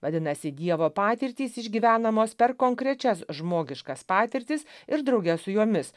vadinasi dievo patirtys išgyvenamos per konkrečias žmogiškas patirtis ir drauge su jomis